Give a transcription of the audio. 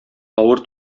авыр